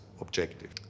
objective